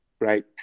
right